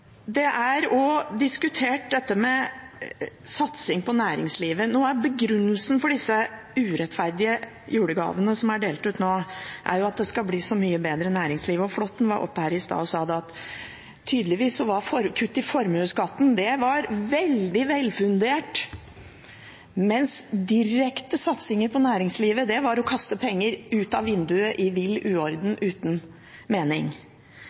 Satsing på næringslivet er også diskutert. Begrunnelsen for disse urettferdige julegavene som er delt ut nå, er jo at det skal bli så mye bedre for næringslivet, og Flåtten var her på talerstolen i sted og sa at kutt i formuesskatten var veldig velfundert, mens direkte satsinger på næringslivet var å kaste penger ut av vinduet i vill uorden og uten mening.